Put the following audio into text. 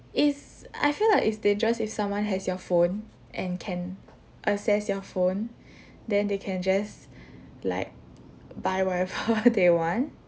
it's I feel like it's dangerous if someone has your phone and can assess your phone then they can just like buy whatever they want